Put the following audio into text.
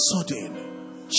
sudden